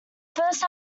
first